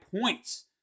points